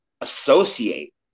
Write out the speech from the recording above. associate